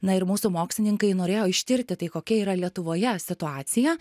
na ir mūsų mokslininkai norėjo ištirti tai kokia yra lietuvoje situacija